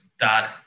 dad